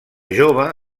jove